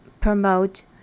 promote